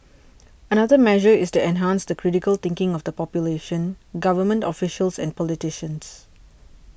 another measure is to enhance the critical thinking of the population government officials and politicians